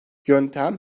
yöntem